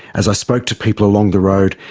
as i spoke to people along the road,